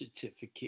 certificate